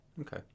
Okay